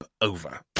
over